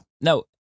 No